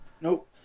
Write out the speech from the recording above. Nope